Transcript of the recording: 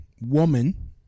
woman